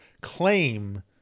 claim